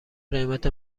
قیمت